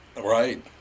Right